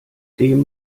dem